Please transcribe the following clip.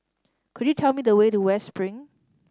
could you tell me the way to West Spring